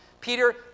Peter